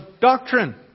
doctrine